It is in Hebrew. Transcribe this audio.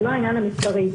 זה לא העניין המספרי.